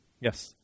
yes